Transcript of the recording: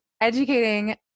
educating